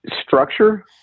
structure